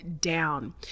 down